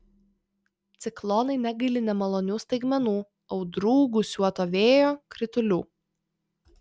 ciklonai negaili nemalonių staigmenų audrų gūsiuoto vėjo kritulių